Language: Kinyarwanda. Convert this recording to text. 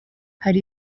hari